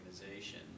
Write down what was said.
organization